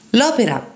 L'opera